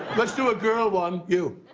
let's do a girl one. you.